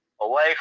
away